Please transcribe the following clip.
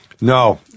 No